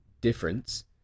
difference